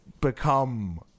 become